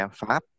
Pháp